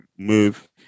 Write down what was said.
move